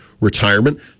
retirement